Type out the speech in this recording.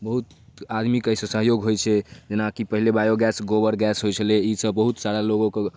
बहुत आदमीके एहिसँ सहयोग होइछै जेनाकि पहिले बायोगैस गोबरगैस होइ छ्लै ईसब बहुत सारा लोकोके